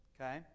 Okay